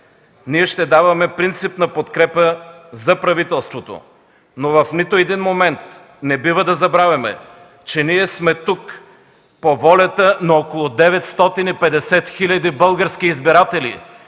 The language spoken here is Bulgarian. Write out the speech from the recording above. Ние ще даваме принципна подкрепа за правителството, но в нито един момент не бива да забравяме, че ние сме тук по волята на около 950 хиляди български избиратели